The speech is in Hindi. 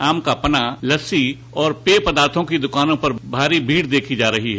आम का पना लस्सी और पेय पदार्थो की दुकानों पर भीड़ देखी जा रही है